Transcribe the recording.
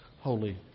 holy